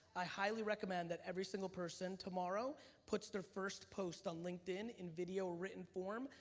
i highly recommend that every single person tomorrow puts their first post on linkedin in video written form.